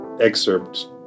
excerpt